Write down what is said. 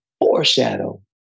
foreshadow